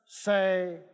say